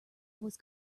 was